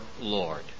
Lord